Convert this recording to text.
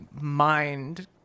mind